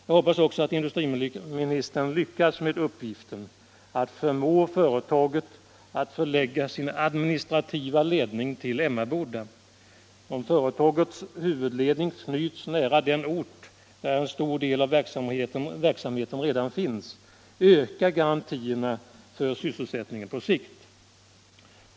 Jag hoppas också att industriministern lyckades med uppgiften att förmå företaget att förlägga sin administrativa ledning till Emmaboda. Om företagets huvudledning knyts nära den ort där en stor del av verksamheten redan finns ökar garantierna för sysselsättningen på sikt.